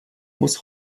muss